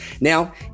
Now